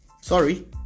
Sorry